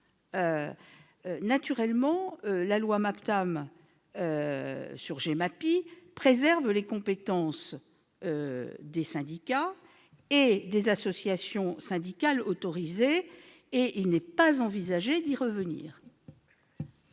Naturellement, la loi MAPTAM a préservé les compétences en la matière des syndicats et des associations syndicales autorisées ; il n'est pas envisagé de revenir